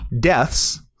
deaths